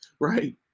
right